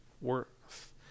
worth